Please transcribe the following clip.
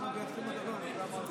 חברי הכנסת, בבקשה